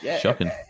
Shocking